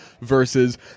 versus